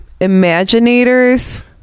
imaginators